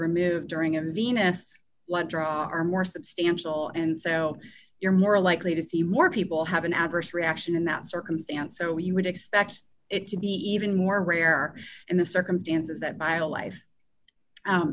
removed during a venous one draw are more substantial and so you're more likely to see more people have an adverse reaction in that circumstance so you would expect it to be even more rare in the circumstances that by a life